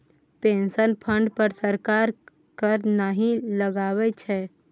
pension fund पर सरकार कर नहि लगबै छै